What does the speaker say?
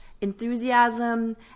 enthusiasm